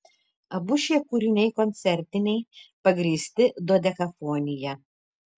abu šie kūriniai koncertiniai pagrįsti dodekafonija